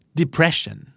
depression